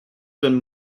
been